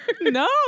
No